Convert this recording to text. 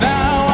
Now